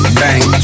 bang